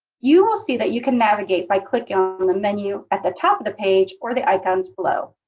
you will see that you can navigate by clicking from the menu at the top of the page or the icons below.